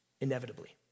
inevitably